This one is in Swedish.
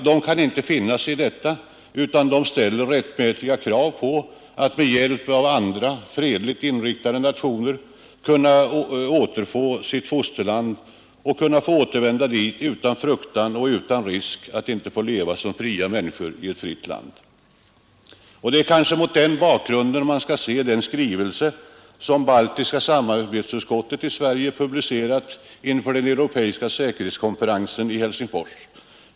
De kan inte finna sig i detta utan ställer rättmätiga krav på att med hjälp av alla andra, fredligt inriktade stater kunna få tillbaka sitt fosterland och kunna återvända dit utan fruktan och utan risk att inte få leva som fria människor i ett fritt land. Det är kanske mot denna bakgrund som man skall se den skrivelse som Baltiska samarbetsutskottet i Sverige publicerat inför den europeiska säkerhetskonferensen i Helsingfors.